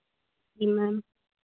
जी ma'am